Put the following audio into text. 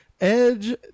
Edge